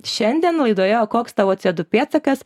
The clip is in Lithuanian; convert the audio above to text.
šiandien laidoje o koks tavo co du pėdsakas